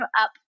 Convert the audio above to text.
up